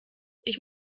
ich